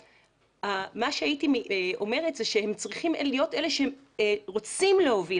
אלא מה שהייתי אומרת זה שהם צריכים להיות אלה שרוצים להוביל